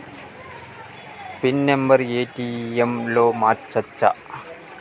Pin number ATM లో మార్చచ్చా?